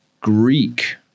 Greek